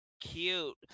cute